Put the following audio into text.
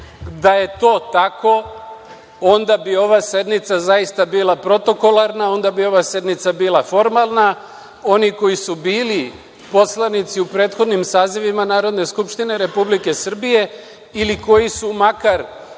da je to tako onda bi ova sednica zaista bila protokolarna, onda bi ova sednica bila formalna. Oni koji su bili poslanici u prethodnim sazivima Narodne skupštine Republike Srbije ili koji su makar